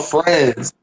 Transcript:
Friends